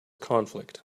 conflict